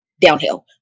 downhill